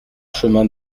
chemin